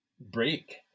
break